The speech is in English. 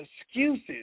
excuses